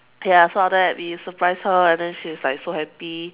ya so after that we surprised her and then she's like so happy